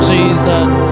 Jesus